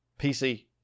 PC